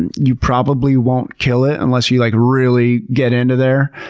and you probably won't kill it unless you, like, really get into there.